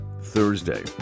Thursday